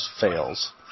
fails